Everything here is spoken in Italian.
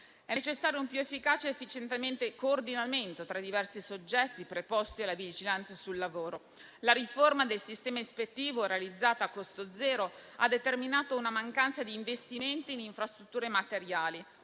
È necessario un più efficace ed efficiente coordinamento tra i diversi soggetti preposti alla vigilanza sul lavoro. La riforma del sistema ispettivo realizzata a costo zero ha determinato una mancanza di investimenti in infrastrutture materiali,